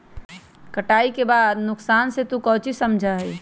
कटाई के बाद के नुकसान से तू काउची समझा ही?